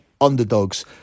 underdogs